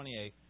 28